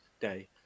day